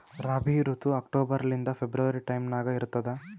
ರಾಬಿ ಋತು ಅಕ್ಟೋಬರ್ ಲಿಂದ February time ನಾಗ ಇರ್ತದ